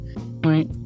right